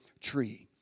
tree